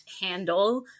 handle